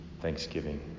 Thanksgiving